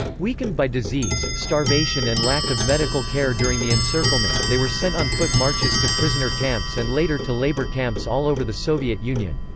weakened by disease, starvation and lack of medical care during the encirclement, they were sent on foot marches to prisoner camps and later to labour camps all over the soviet union.